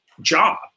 job